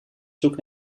zoek